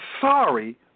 sorry